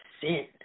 sin